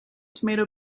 tomato